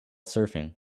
surfing